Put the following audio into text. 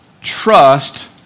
trust